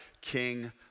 king